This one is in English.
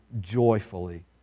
joyfully